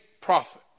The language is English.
prophet